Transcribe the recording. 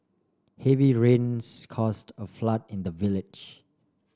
heavy rains caused a flood in the village